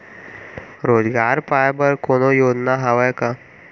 रोजगार पाए बर कोनो योजना हवय का?